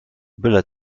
byle